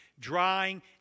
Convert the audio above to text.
Drying